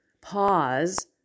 pause